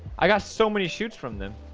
i got so many scutes from them